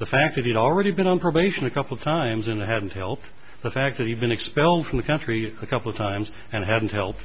the fact that he'd already been on probation a couple times and i haven't helped the fact that even expelled from the country a couple of times and hadn't helped